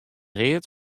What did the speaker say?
read